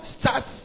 starts